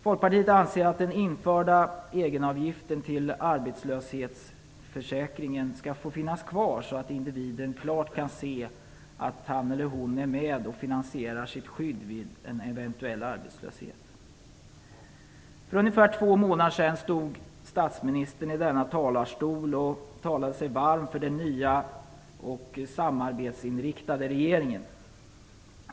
Folkpartiet anser att den införda egenavgiften till arbetslöshetsförsäkringen skall få finnas kvar, så att individen klart kan se att han eller hon är med och finansierar sitt skydd vid en eventuell arbetslöshet. För ungefär två månader sedan stod statsministern i denna talarstol och talade sig varm för den nya samarbetsinriktade regeringen.